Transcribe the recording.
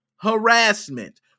harassment